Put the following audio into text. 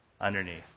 underneath